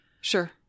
Sure